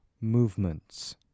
movements